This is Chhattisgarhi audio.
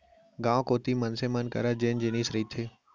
गाँव कोती मनसे मन करा जेन जिनिस रहिथे